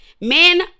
Men